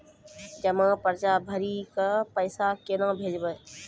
जमा पर्ची भरी के पैसा केना भेजबे?